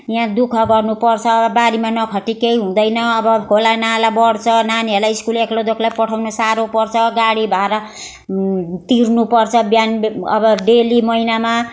यहाँ दुःख गर्नु पर्छ र बारीमा नखटी केही हुँदैन अब खोला नाला बढ्छ नानीहरूलाई स्कुल एक्लो दुक्लो पठाउनु साह्रो पर्छ गाडी भारा तिर्नु पर्छ बिहान अब डेली महिनामा